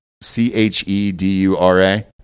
C-H-E-D-U-R-A